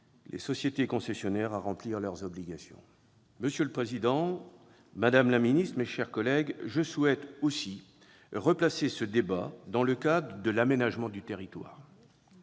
les sociétés concessionnaires à remplir leurs obligations. Monsieur le président, madame la ministre, mes chers collègues, je souhaite également replacer ce débat dans le cadre de l'aménagement du territoire.